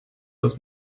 dass